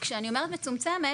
כשאני אומרת מצומצמת,